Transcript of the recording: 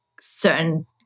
certain